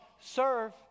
serve